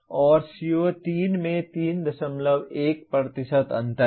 और CO3 में 31 अंतर है